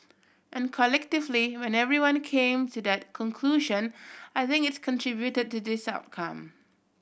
and collectively when everyone came to that conclusion I think its contributed to this outcome